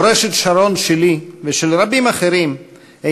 מורשת שרון שלי ושל רבים אחרים היא